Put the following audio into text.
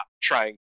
trying